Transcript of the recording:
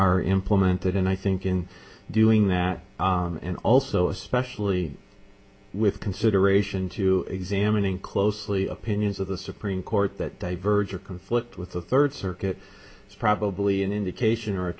are implemented and i think in doing that and also especially with consideration to examining closely opinions of the supreme court that divergent conflict with the third circuit is probably an indication or a